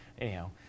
Anyhow